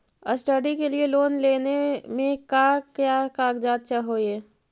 Study के लिये loan लेने मे का क्या कागजात चहोये?